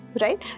Right